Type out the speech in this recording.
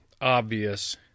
obvious